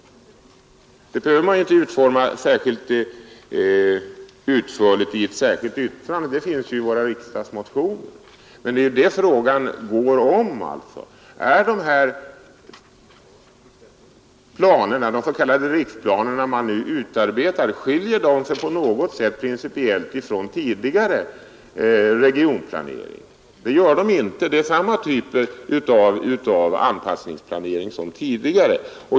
Det behöver man inte utforma så utförligt i ett särskilt yttrande — det finns i våra motioner. Frågan gäller alltså: Skiljer sig de s.k. riksplaner som man utarbetar principiellt från tidigare regionplanering? Det gör de inte; det är samma typ av anpassningsplanering som tidigare.